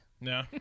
No